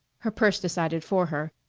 her purse decided for her.